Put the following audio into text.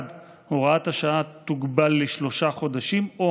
1. הוראת השעה תוגבל לשלושה חודשים או